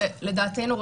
ולדעתנו,